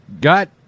Got